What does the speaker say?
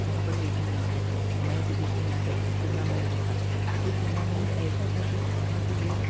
वहाँ पर देखने आते थे मैच देखने आते थे टूर्नामेंट था तो टूर्नामेंट ऐसा था कि वहाँ के लोग